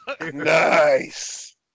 nice